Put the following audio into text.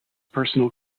personal